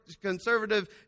conservative